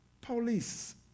Police